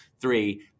three